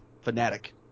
fanatic